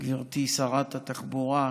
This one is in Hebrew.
גברתי שרת התחבורה,